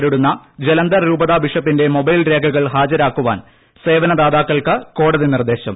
നേരിടുന്ന ജലന്ധർ രൂപതാ ബിഷപ്പിന്റെ മൊബൈൽ രേഖകൾ ഹാജരാക്കാൻ സേവന ദാതാക്കൾക്ക് കോടതി നിർദ്ദേശം